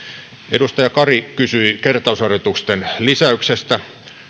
edustaja kari kysyi kertausharjoitusten lisäyksestä